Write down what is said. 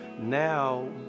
now